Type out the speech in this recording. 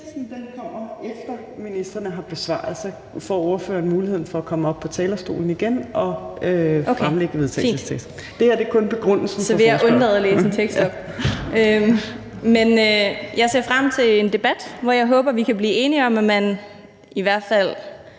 at læse en tekst op. Men jeg ser frem til en debat, hvor jeg håber, vi kan blive enige om, at man i hvert fald